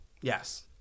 Yes